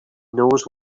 knows